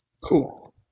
Cool